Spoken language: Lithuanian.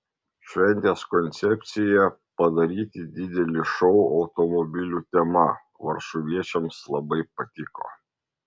šventės koncepcija padaryti didelį šou automobilių tema varšuviečiams labai patiko